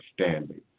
standing